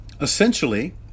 Essentially